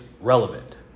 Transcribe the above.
relevant